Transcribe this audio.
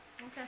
Okay